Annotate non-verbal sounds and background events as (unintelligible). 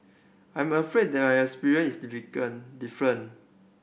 I'm afraid there is experience is (unintelligible) different